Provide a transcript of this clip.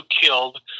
killed